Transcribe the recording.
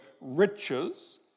riches